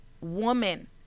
woman